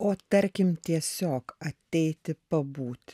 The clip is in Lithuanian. o tarkim tiesiog ateiti pabūti